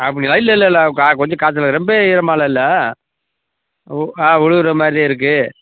அப்படிங்களா இல்லை இல்லை இல்லை கா கொஞ்சம் காய்ச்சலா ரொம்ப ஈரமெல்லாம் இல்லை உ ஆ உழுவுற மாதிரி இருக்குது